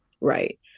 right